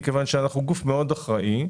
מכיוון שאנחנו גוף מאוד אחראי.